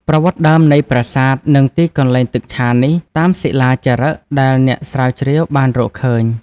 ប្រវត្តិដើមនៃប្រាសាទ និងទីកន្លែងទឹកឆានេះ តាមសិលាចារឹកដែល អ្នកស្រាវជ្រាវបានរកឃើញ